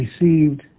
received